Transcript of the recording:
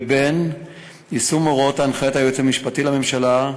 לבין יישום הנחיית היועץ המשפטי לממשלה,